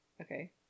Okay